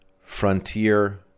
frontier